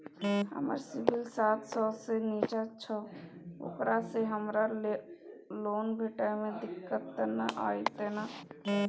हमर सिबिल सात सौ से निचा छै ओकरा से हमरा लोन भेटय में दिक्कत त नय अयतै ने?